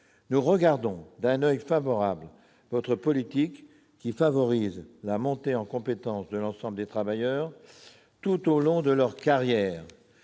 un regard positif sur votre politique, qui favorise la montée en compétences de l'ensemble des travailleurs tout au long de leur carrière,